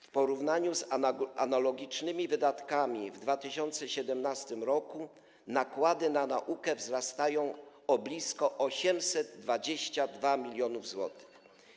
W porównaniu z analogicznymi wydatkami w 2017 r. nakłady na naukę wzrastają o blisko 822 mln zł.